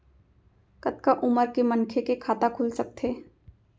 कतका उमर के मनखे के खाता खुल सकथे?